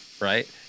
right